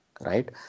right